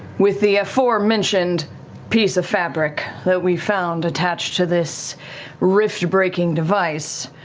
with the aforementioned piece of fabric that we found attached to this rift breaking device,